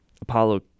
apollo